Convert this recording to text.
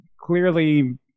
clearly